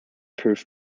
proof